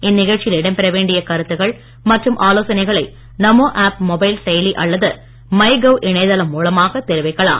இந்நிகழ்ச்சியில் இடம் பெற வேண்டிய கருத்துக்கள் மற்றும் ஆலோசனைகளை நமோ ஆப் மொபைல் செயலி அல்லது மை கவ் இணையதளம் மூலமாக தெரிவிக்கலாம்